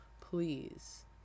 Please